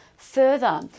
further